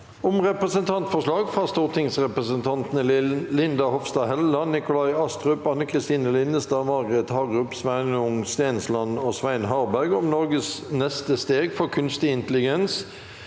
om Representantforslag fra stortingsrepresentantene Linda Hofstad Helleland, Nikolai Astrup, Anne Kristine Linnestad, Margret Hagerup, Sveinung Stensland og Svein Harberg om Norges neste steg for kunstig intelligens